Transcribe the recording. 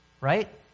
Right